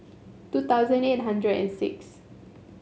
two thousand eight hundred and six